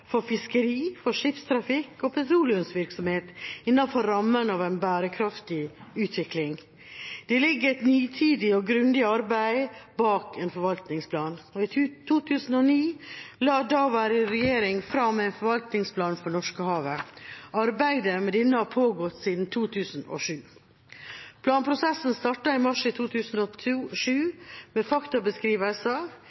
for fiskeri, skipstrafikk og petroleumsvirksomhet innenfor rammen av en bærekraftig utvikling. Det ligger et nitid og grundig arbeid bak en forvaltningsplan. I 2009 la daværende regjering fram forvaltningsplanen for Norskehavet. Arbeidet med denne hadde pågått siden 2007. Planprosessen startet i mars 2007 med